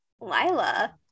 Lila